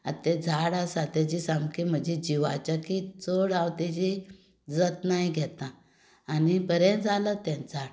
आतां तें झाड आसा ताजी सामकी म्हज्या जिवाकय चड हांव ताजी जतनाय घेतां आनी बरें जालां तें झाड